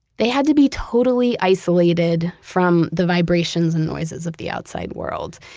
they had to be totally isolated from the vibrations and noises of the outside world,